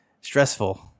stressful